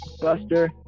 Buster